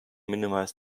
minimize